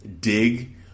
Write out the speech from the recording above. dig